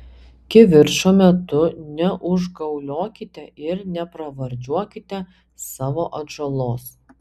kivirčo metu neužgauliokite ir nepravardžiuokite savo atžalos